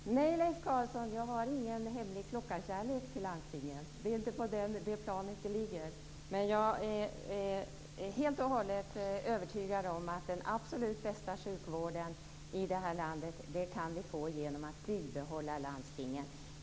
Herr talman! Nej, Leif Carlson, jag har ingen hemlig klockarkärlek till landstingen. Det ligger inte på det planet. Men jag är helt och hållet övertygad om att vi kan få den absolut sjukvården i det här landet genom att bibehålla landstingen.